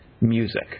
music